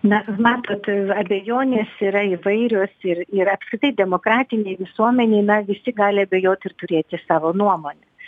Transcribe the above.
na matot abejonės yra įvairios ir ir apskritai demokratinėj visuomenėj na visi gali abejot ir turėti savo nuomonę